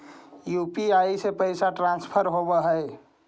UPI से पैसा transfer होवहै?